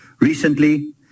recently